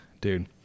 dude